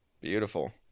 Beautiful